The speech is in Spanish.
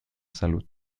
salud